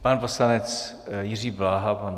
Pan poslanec Jiří Bláha.